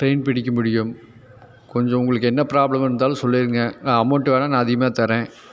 train பிடிக்க முடியும் கொஞ்சம் உங்களுக்கு என்ன ப்ராப்ளம் இருந்தாலும் சொல்லிடுங்க நான் அமவுண்ட்டு வேணா நான் அதிகமாக தர்றேன்